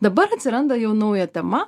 dabar atsiranda jau nauja tema